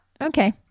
okay